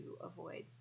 avoid